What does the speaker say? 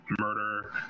murder